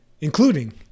including